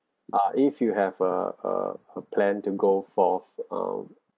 ah if you have uh uh a plan to go forth um